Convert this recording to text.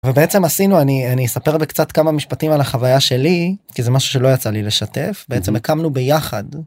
ובעצם עשינו אני אני אספר בקצת כמה משפטים על החוויה שלי כי זה משהו שלא יצא לי לשתף בעצם הקמנו ביחד.